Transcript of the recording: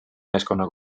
meeskonna